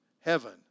heaven